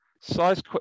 Size